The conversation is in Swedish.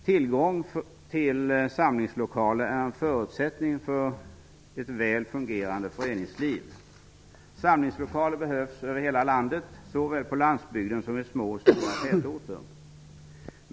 Tillgång till samlingslokaler är en förutsättning för ett väl fungerande föreningsliv. Samlingslokaler behövs över hela landet, såväl på landsbygden som i små och stora tätorter.